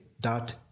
dot